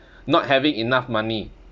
not having enough money